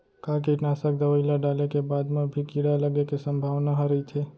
का कीटनाशक दवई ल डाले के बाद म भी कीड़ा लगे के संभावना ह रइथे?